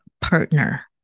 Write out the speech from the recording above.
partner